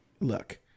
Look